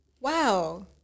Wow